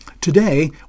Today